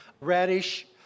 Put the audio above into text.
Radish